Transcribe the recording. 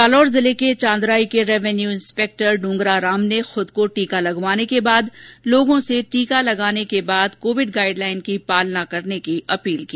जालौर जिले के चांदराई के रैवेन्यू इंस्पेक्टर ड्रंगराराम ने खूद को टीका लगवाने के बाद लोगों से टीका लगवाने के बावजूद कोविड गाइड लाइन की पालना करने की अपील की